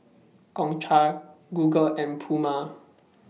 Gongcha Google and Puma